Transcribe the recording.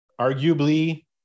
arguably